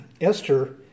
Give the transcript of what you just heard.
Esther